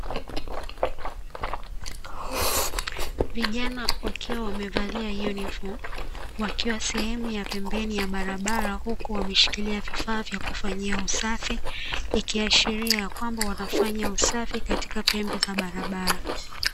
Vijana wakiwa wamevalia yunifomu, wakiwa sehemu ya pembeni ya barabara huku wameshikilia vifaa vya kufanyia usafi, ikiashiria ya kwamba wanafanya usafi katika pembe za barabara.